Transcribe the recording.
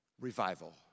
revival